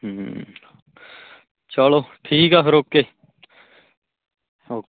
ਹੂੰ ਚਲੋ ਠੀਕ ਆ ਫਿਰ ਓਕੇ ਓਕੇ